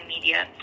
media